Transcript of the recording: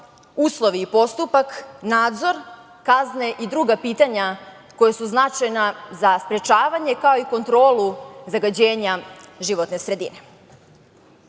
uslovi i postupak, nadzor, kazne i druga pitanja koja su značajna za sprečavanje, kao i kontrolu zagađenja životne sredine. Cilj